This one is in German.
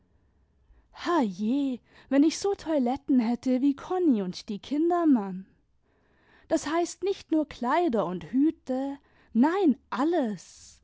herrjeh wenn ich so toiletten hätte wie konni und die kindermann das heißt nicht nur kleider und hüte nein alles